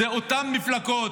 אלו אותן מפלגות: